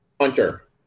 Hunter